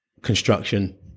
construction